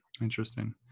Interesting